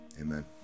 Amen